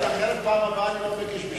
אחרת בפעם הבאה אני לא מבקש בשבילו.